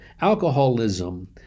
alcoholism